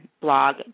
blog